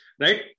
Right